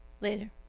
later